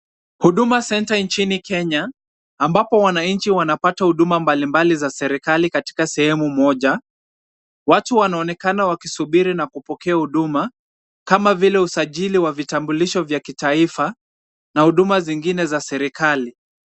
Huduma center nchini Kenya, ambapo wananchi wanapata huduma mbalimbali za serikali katika sehemu moja. Watu wanaonekana wakisubiri na kupokea huduma, kama vile usajili wa vitambulisho vya kitaifa na huduma zingine za serikali.